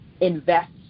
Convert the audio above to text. invest